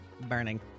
Burning